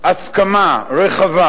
הסכמה רחבה,